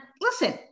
listen